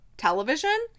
television